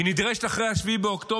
היא נדרשת אחרי 7 באוקטובר,